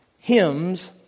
hymns